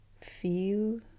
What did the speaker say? feel